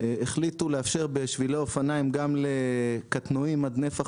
החליטו לאפשר בשבילי אופניים גם לקטנועים עד נפח